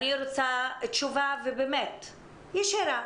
אני רוצה תשובה ישירה